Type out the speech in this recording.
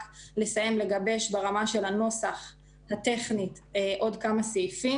לסיים ולגבש ברמה הטכנית של הנוסח עוד כמה סעיפים.